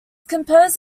composed